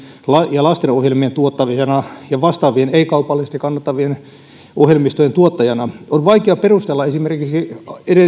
ja lastenohjelmien tuottajana ja vastaavien kaupallisesti ei kannattavien ohjelmistojen tuottajana on vaikea perustella esimerkiksi